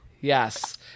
Yes